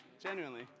Genuinely